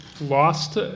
lost